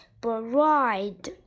bride